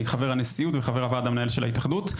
אני חבר הנשיאות וחבר וועד המנהל של ההתאחדות.